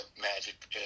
magic